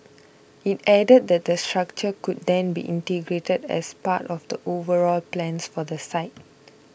it added that the structure could then be integrated as part of the overall plans for the site